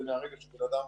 זה מהרגע שבן אדם